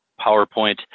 PowerPoint